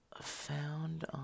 Found